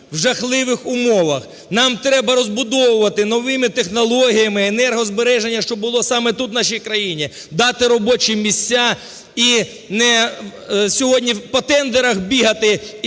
в жахливих умовах. Нам треба розбудовувати новими технологіями енергозбереження, щоб було саме тут, в нашій країні, дати робочі місця і сьогодні не по тендерах бігати і грошима